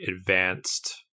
advanced